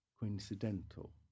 coincidental